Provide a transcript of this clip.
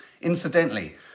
Incidentally